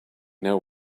know